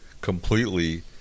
completely